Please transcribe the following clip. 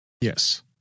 Yes